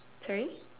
sorry